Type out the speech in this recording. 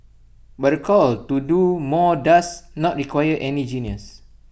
but call A to do more does not require any genius